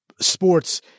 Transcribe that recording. sports